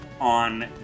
on